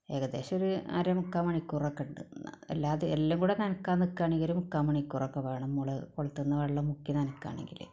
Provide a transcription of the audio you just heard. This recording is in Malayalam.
ഏകദേശം ഒര് അര മുക്കാൽ മണിക്കൂറൊക്കെണ്ട് എല്ലാത് എല്ലാം കൂടെ നനയ്ക്കാൻ നിൽക്കുവാണെങ്കിൽ ഒര് മുക്കാൽ മണിക്കൂറൊക്കെ വേണം നമ്മള് കുളത്തിൽ നിന്ന് വെള്ളം മുക്കി നനയ്ക്കുവാണെങ്കിൽ